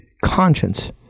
conscience